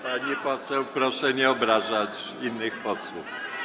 Pani poseł, proszę nie obrażać innych posłów.